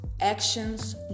actions